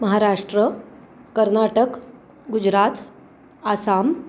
Maharashtra Karnataka Gujarat Assam